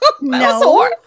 No